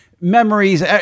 memories